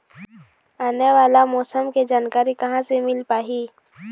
आने वाला मौसम के जानकारी कहां से मिल पाही?